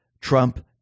Trump